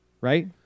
right